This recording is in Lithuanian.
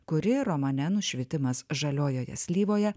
kuri romane nušvitimas žaliojoje slyvoje